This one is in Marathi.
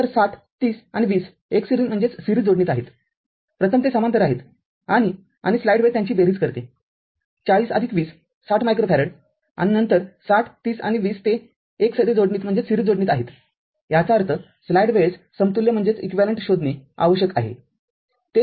नंतर ६० ३० आणि २० एकसरी जोडणीत आहेत प्रथम ते समांतर आहेत आणि आणि स्लाईड वेळ त्यांची बेरीज करते ४०२० ६० मायक्रोफॅरेड आणि नंतर ६० ३० आणि २० ते एकसरी जोडणीत आहेतयाचा अर्थस्लाइड वेळेस समतुल्य शोधणे आवश्यक आहे